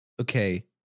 okay